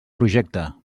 projecte